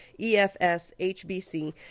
EFSHBC